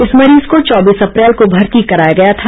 इस मरीज को चौबीस अप्रैल को भर्ती कराया गया था